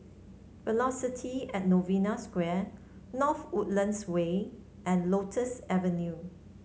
Velocity At Novena Square North Woodlands Way and Lotus Avenue